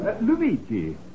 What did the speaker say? Luigi